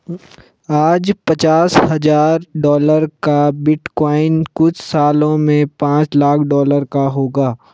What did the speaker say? आज पचास हजार डॉलर का बिटकॉइन कुछ सालों में पांच लाख डॉलर का होगा